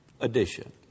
edition